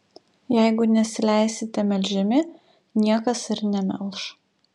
jeigu nesileisite melžiami niekas ir nemelš